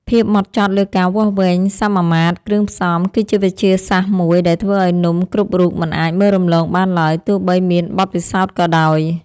ភាពហ្មត់ចត់លើការវាស់វែងសមាមាត្រគ្រឿងផ្សំ គឺជាវិទ្យាសាស្ត្រមួយដែលអ្នកធ្វើនំគ្រប់រូបមិនអាចមើលរំលងបានឡើយទោះបីមានបទពិសោធន៍ក៏ដោយ។